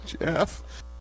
Jeff